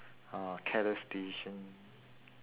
uh careless decision